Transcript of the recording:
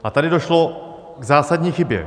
A tady došlo k zásadní chybě.